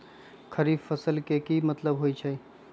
खरीफ फसल के की मतलब होइ छइ?